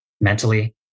mentally